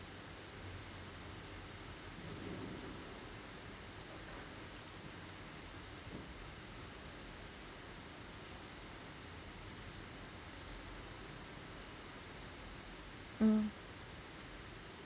mm